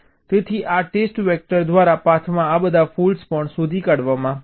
તેથી આ test vector દ્વારા પાથમાં આ બધા ફોલ્ટ્સ પણ શોધી કાઢવામાં આવશે